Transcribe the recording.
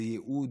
זה ייעוד,